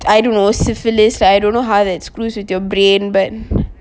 aidumociphilis I don't know how that screws with your brain but